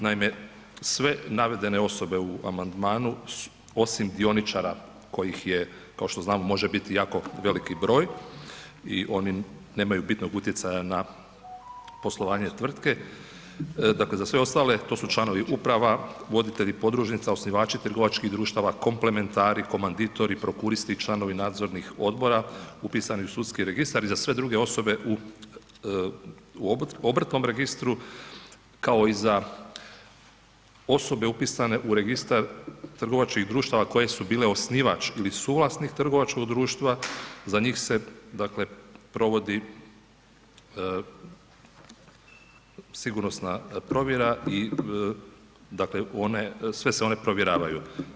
Naime, sve navedene osobe u amandmanu osim dioničara kojih je kao što znamo može biti jako veliki broj i oni nemaju bitnog utjecaja na poslovanje tvrtke, dakle za sve ostale to su članovi uprava, voditelja podružnica, osnivači trgovačkih društava, komplementari, komanditori, prokuristi i članovi nadzornih odbora upisani u sudski registar i za sve druge osobe u obrtnom registru kao i za osobe upisane u registar trgovačkih društava koje su bile osnivač ili suvlasnik trgovačkog društva za njih se dakle provodi sigurnosna provjera i dakle one, sve se one provjeravaju.